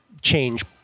change